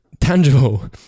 tangible